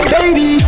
Baby